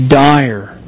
dire